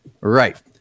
right